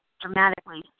dramatically